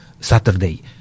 Saturday